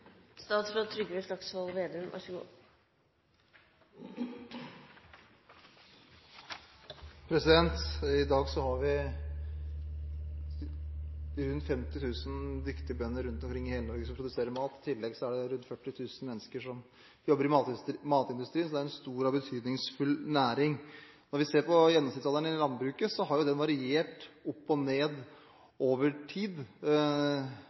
I dag har vi rundt 50 000 dyktige bønder rundt omkring i hele Norge som produserer mat. I tillegg er det rundt 40 000 mennesker som jobber i matindustrien, så det er en stor og betydningsfull næring. Når vi ser på gjennomsnittsalderen innen landbruket, har den variert,